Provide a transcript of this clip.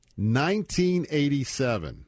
1987